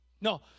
No